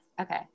Okay